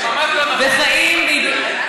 ממש לא נכון.